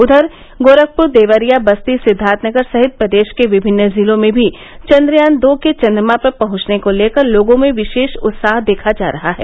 उधर गोरखपुर देवरिया बस्ती सिद्वार्थनगर सहित प्रदेश के विभिन्न जिलों में भी चन्द्रयान दो के चन्द्रमा पर पहुंचने को लेकर लोगों में विशेष उत्साह देखा जा रहा है